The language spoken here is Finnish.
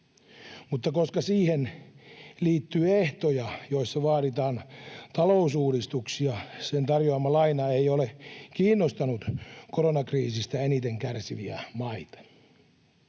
mutta koska siihen liittyy ehtoja, joissa vaaditaan talousuudistuksia, sen tarjoama laina ei ole kiinnostanut koronakriisistä eniten kärsiviä maita.